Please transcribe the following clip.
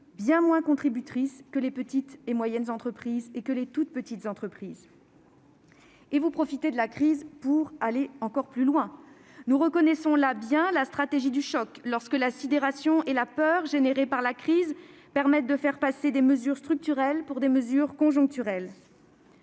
bien moins contributrices que les petites et moyennes entreprises et que les toutes petites entreprises dans notre pays. Et vous profitez de la crise pour aller encore plus loin. Nous reconnaissons bien là la « stratégie du choc », lorsque la sidération et la peur provoquées par la crise permettent de faire passer des mesures structurelles pour des mesures conjoncturelles.